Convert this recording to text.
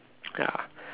ya